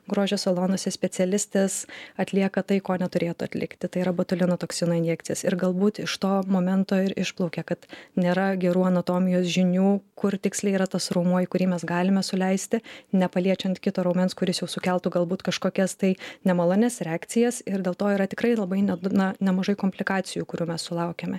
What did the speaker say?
grožio salonuose specialistės atlieka tai ko neturėtų atlikti tai yra botulino toksino injekcijas ir galbūt iš to momento ir išplaukia kad nėra gerų anatomijos žinių kur tiksliai yra tas raumuo kurį mes galime suleisti nepaliečiant kito raumens kuris jau sukeltų galbūt kažkokias tai nemalonias reakcijas ir dėl to yra tikrai labai net na nemažai komplikacijų kurių mes sulaukiame